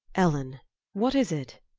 ellen what is it?